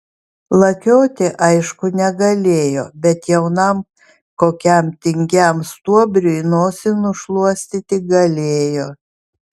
lakioti aišku negalėjo bet jaunam kokiam tingiam stuobriui nosį nušluostyti galėjo